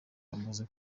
yamaze